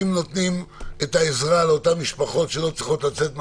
אם נותנים את העזרה לאותן משפחות שלא צריכות לצאת מהבית,